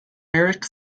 marek